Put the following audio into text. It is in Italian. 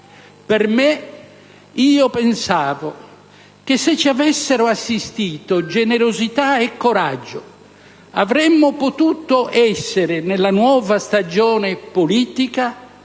Per me, io pensavo che se ci avessero assistito generosità e coraggio, avremmo potuto essere, nella nuova stagione politica,